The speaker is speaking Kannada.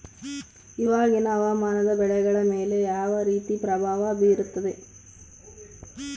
ಇವಾಗಿನ ಹವಾಮಾನ ಬೆಳೆಗಳ ಮೇಲೆ ಯಾವ ರೇತಿ ಪ್ರಭಾವ ಬೇರುತ್ತದೆ?